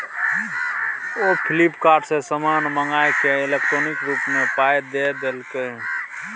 ओ फ्लिपकार्ट सँ समान मंगाकए इलेक्ट्रॉनिके रूप सँ पाय द देलकै